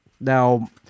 Now